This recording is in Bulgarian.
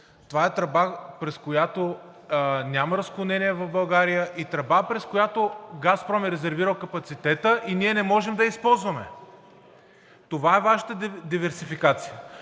Това е тръба, през която няма разклонение в България, и тръба, през която „Газпром“ е резервирал капацитета и ние не можем да я използваме. Това е Вашата диверсификация.